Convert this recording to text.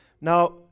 Now